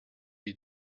you